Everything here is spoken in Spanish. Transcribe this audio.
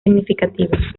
significativos